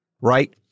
Right